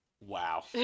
wow